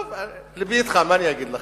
טוב, לבי אתך, מה אני אגיד לך?